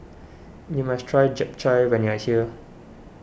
you must try Japchae when you are here